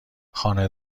خانه